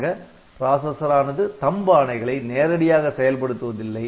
ஆக ப்ராசசர் ஆனது THUMB ஆணைகளை நேரடியாக செயல்படுத்துவதில்லை